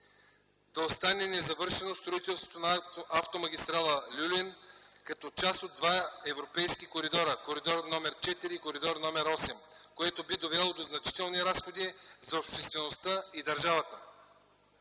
да остане незавършено строителството на автомагистрала „Люлин”, като част от два европейски коридора (Коридор № ІV и Коридор № VІІІ), което би довело до значителни разходи за обществеността и държавата.